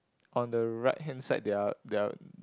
on the right hand side there are there are